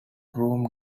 groom